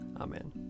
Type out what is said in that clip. Amen